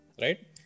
Right